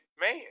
man